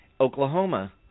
Oklahoma